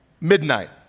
midnight